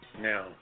Now